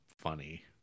funny